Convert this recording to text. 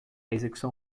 execução